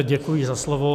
Děkuji za slovo.